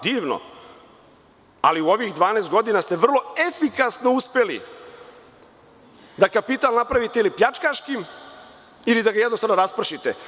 Divno, ali u ovih 12 godina ste vrlo efikasno uspeli da kapital napravite ili pljačkaškim ili da ga jednostavno raspršite.